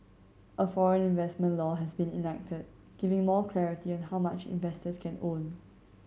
a foreign investment law has been enacted giving more clarity on how much investors can own